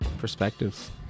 Perspectives